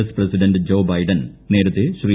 S president Joe Biden നേരത്തെ ശ്രീ